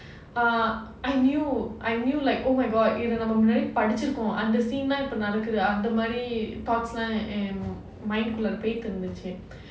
ah I knew I knew like oh my god even இது முன்னாடி படிச்சிருக்கோம் அந்த:ithu munaadi padichirukom scene னு தா இப்போ நடக்குது அந்த மாதிரி:nu thaa ippo nadakudhu andha maadhiri thoughts லாம்:laam mind குள்ள போய்ட்டு இருந்துச்சு:kulla poyitu irundhuchu